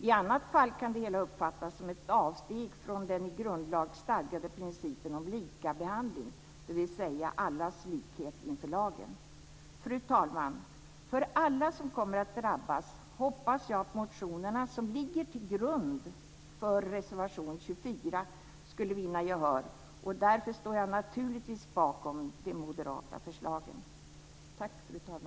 I annat fall kan det hela uppfattas som ett avsteg från den i grundlag stadgade principen om likabehandling, dvs. allas likhet inför lagen. Fru talman! För alla som kommer att drabbas hoppas jag att motionerna som ligger till grund för reservation 24 skulle vinna gehör, och därför står jag naturligtvis bakom de moderata förslagen.